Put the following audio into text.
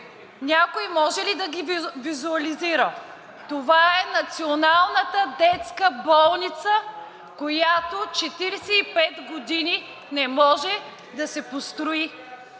някой може ли да ги визуализира?! Това е Националната детска болница, която 45 години не може да се построи